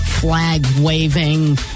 flag-waving